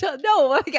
no